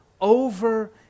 over